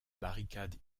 barricade